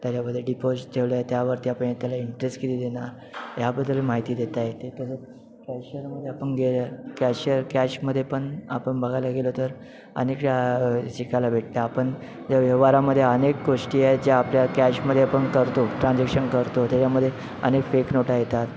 त्याच्याबदले deposit ठेवलं आहे त्यावरती आपण त्याला इंटरेस्ट किती देणार ह्याबद्दलही माहिती देता येते तसं कॅशयरमधे आपण गेलं कॅशयर कॅशमदे पण आपण बघायला गेलो तर अनेक शा शिकायला भेटतं आपन व्यव व्यवहारामदे ज्या अनेक गोष्टी ज्या आपल्या कॅशमदे आपण करतो ट्रान्झॅक्शन करतो त्याच्यामधे अनेक फेक नोटा येतात